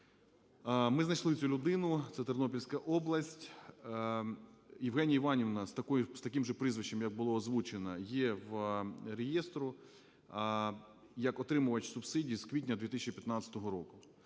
Ми знайшли цю людину. Це Тернопільська область, Євгенія Іванівна з таким же прізвищем, як було озвучено, є в реєстрі як отримувач субсидій з квітня 2015 року.